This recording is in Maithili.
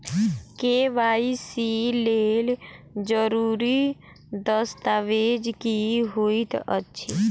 के.वाई.सी लेल जरूरी दस्तावेज की होइत अछि?